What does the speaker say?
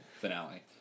finale